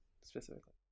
specifically